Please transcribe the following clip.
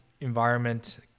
environment